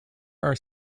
are